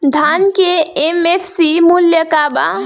धान के एम.एफ.सी मूल्य का बा?